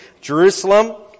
Jerusalem